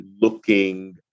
looking